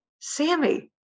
Sammy